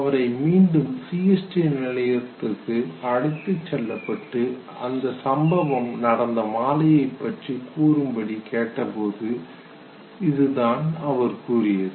அவரை மீண்டும் CST நிலையத்திற்கு அழைத்துச் செல்லப்பட்டு அந்த சம்பவம் நடந்த மாலையை பற்றி கூறும்படி கேட்டபோது இதுதான் அவர் கூறியது